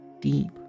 deep